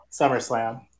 SummerSlam